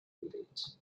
village